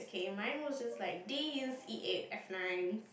K mine was just like D E eight F nine